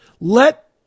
Let